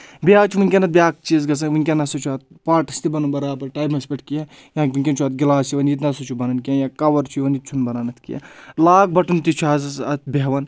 بیٚیہِ حظ چھُ وٕنکؠنَس بیاکھ چیٖز گژھان وٕنکؠنَس چھُ اَتھ پاٹس تہِ بَنُن برابر ٹایمَس پؠٹھ کینٛہہ یا وٕنکؠن چھُ اَتھ گِلاس یِوَان ییٚتہِ نَسا چھُ بَنان کینٛہہ یا کَوَر چھُ یِوان ییٚتہِ چھُنہٕ بَنان اَتھ کینٛہہ لاگ بَٹُن تہِ چھُ حظ اَتھ بیٚہوان